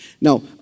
Now